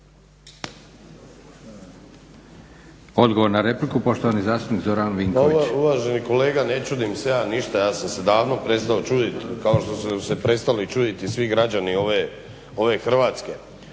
Odgovor na repliku, poštovani zastupnik Zoran Vinković. **Vinković, Zoran (HDSSB)** Uvaženi kolega ne čudim se ja ništa, ja sam se davno prestao čuditi kao što su se prestali čuditi i svi građani ove Hrvatske.